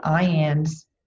IAN's